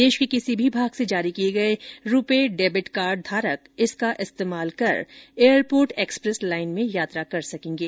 देश के किसी भी भाग से जारी किए गए रूपे डेबिट कार्ड धारक इसका इस्तेमाल कर एयरपोर्ट एक्सप्रेस लाइन में यात्रा कर सकेंगे